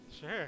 Sure